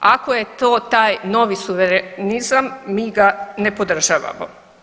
Ako je to taj novi suverenizam mi ga ne podržavamo.